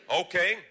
Okay